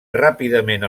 ràpidament